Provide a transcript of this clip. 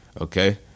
Okay